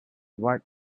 what